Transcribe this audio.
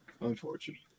Unfortunate